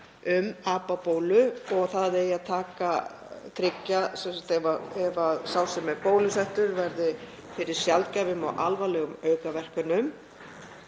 um apabólu og það á að tryggja að ef sá sem er bólusettur verður fyrir sjaldgæfum og alvarlegum aukaverkunum